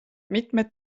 mitmed